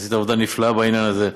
ועשית עבודה נפלאה בעניין הזה,